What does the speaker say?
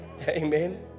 amen